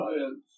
Science